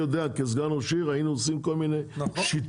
כסגן ראש עיר היינו עושים כל מיני שיטות,